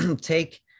take